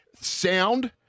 sound